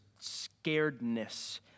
scaredness